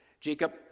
Jacob